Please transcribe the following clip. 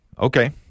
Okay